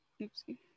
Oopsie